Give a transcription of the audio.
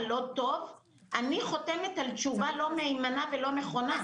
לא טוב אני חותמת על תשובה לא מהימנה ולא נכונה,